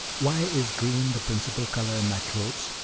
why is green the principal color in my clothes,